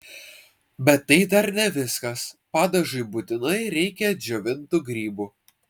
bet tai dar ne viskas padažui būtinai reikia džiovintų grybų